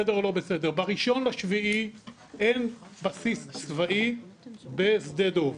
בסדר או לא בסדר ב-1 ביולי אין בסיס צבאי בשדה דב.